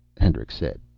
hendricks said.